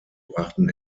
brachten